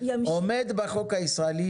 עומד בחוק הישראלי,